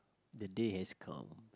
the day has come